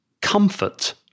comfort